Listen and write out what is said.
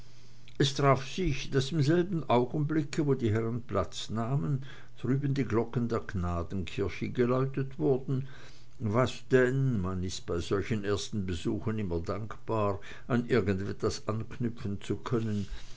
es traf sich daß im selben augenblicke wo die herren platz nahmen drüben die glocken der gnadenkirche geläutet wurden was denn man ist bei solchen ersten besuchen immer dankbar an irgendwas anknüpfen zu können